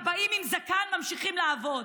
כבאים עם זקן ממשיכים לעבוד.